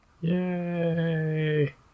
Yay